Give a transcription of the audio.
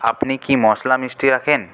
আপনি কি মশলা মিষ্টি রাখেন